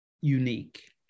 unique